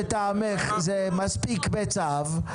אילנה, לטעמך, זה מספיק בצו.